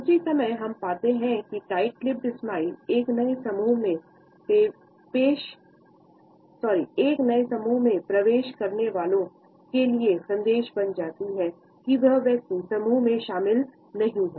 उसी समय हम पाते हैं कि टाइट लिप्पेद स्माइल एक नए समूह में प्रवेश करने वाले के लिए संदेश बन जाती है कि वह व्यक्ति समूह में शामिल नहीं है